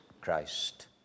Christ